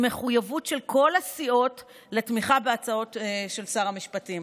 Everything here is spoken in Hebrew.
עם מחויבות של כל הסיעות לתמיכה בהצעות של שר המשפטים.